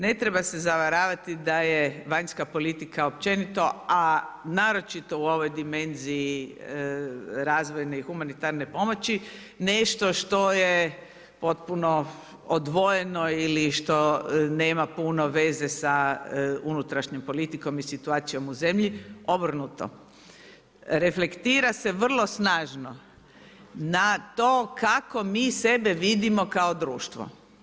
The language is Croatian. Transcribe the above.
Ne treba se zavaravati da je vanjska politika općenito, a naročito u ovoj dimenziji razvojne i humanitarne pomoći, nešto što je potpuno odvojeno ili što nema puno veze sa unutrašnjom politikom i situacijom u zemlji, obrnuto, reflektira se vrlo snažno na to kako mi sebe vidimo kao društvo.